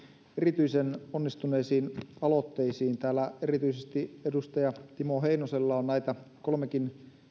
erityisen onnistuneisiin aloitteisiin täällä erityisesti edustaja timo heinosella on näitä kolmekin